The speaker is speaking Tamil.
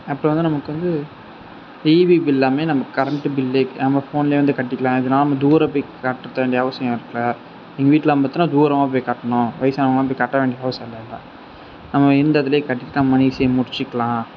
அப்பறம் வந்து நமக்கு வந்து ஈபி பில்லாமே நமக்கு கரண்ட்டு பில்லு நம்ம ஃபோன்லேயே வந்து கட்டிக்கலாம் எதுனா நம்ம தூரோம் போய் கட்டுறது வேண்டிய அவசியம் இல்லை எங்க வீட்டில் வந்து பார்த்தனா தூரோமா போய் கட்டணும் வயசானவங்கள்லாம் போய் கட்ட வேண்டி அவசியம் இல்லைல நம்ம இருந்த இடத்திலே கட்டி நம்ம ஈஸியாக முடிச்சிக்கலாம்